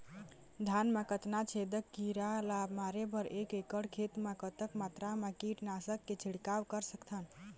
धान मा कतना छेदक कीरा ला मारे बर एक एकड़ खेत मा कतक मात्रा मा कीट नासक के छिड़काव कर सकथन?